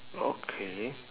okay